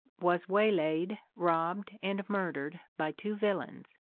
was waylaid, robbed, and murdered, by two villains.